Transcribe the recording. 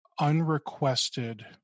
unrequested